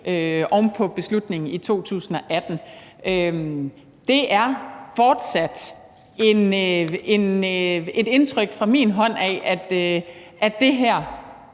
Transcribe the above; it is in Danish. oven på beslutningen i 2018. Det er fortsat mit indtryk, at det her